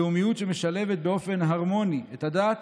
לאומיות שמשלבת באופן הרמוני את הדת